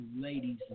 ladies